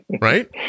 Right